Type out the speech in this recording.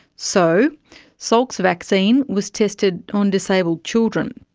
so salk's vaccine was tested on disabled children,